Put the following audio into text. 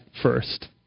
first